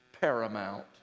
paramount